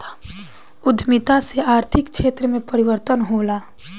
उद्यमिता से आर्थिक क्षेत्र में परिवर्तन होला